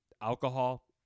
Alcohol